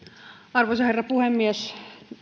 arvoisa herra puhemies